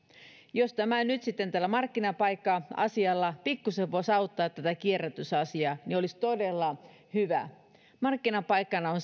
jos nyt sitten tällä markkinapaikka asialla pikkusen voisi auttaa tätä kierrätysasiaa niin se olisi todella hyvä markkinapaikassa on